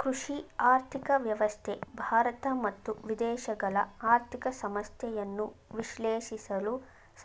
ಕೃಷಿ ಆರ್ಥಿಕ ವ್ಯವಸ್ಥೆ ಭಾರತ ಮತ್ತು ವಿದೇಶಗಳ ಆರ್ಥಿಕ ಸಮಸ್ಯೆಯನ್ನು ವಿಶ್ಲೇಷಿಸಲು